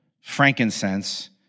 frankincense